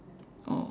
oh